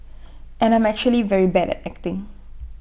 and I'm actually very bad at acting